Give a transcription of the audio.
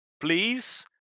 please